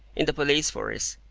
in the police force,